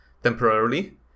Temporarily